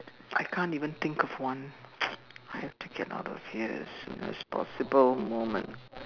I can't even think of one I have to get out of here as soon as possible moment